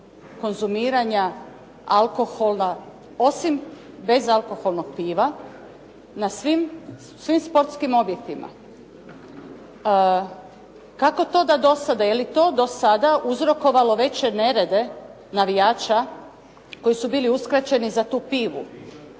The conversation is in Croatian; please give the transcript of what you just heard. konzumiranja alkohola, osim bezalkoholnog piva, na svim sportskim objektima. Kako to da do sada, je li to do sada uzrokovalo veće nerede navijača koji su bili uskraćeni za tu pivu.